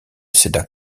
cedar